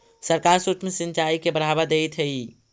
सरकार सूक्ष्म सिंचाई के बढ़ावा देइत हइ